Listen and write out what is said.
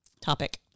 topic